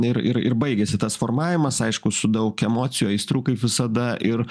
ir ir ir baigėsi tas formavimas aišku su daug emocijų aistrų kaip visada ir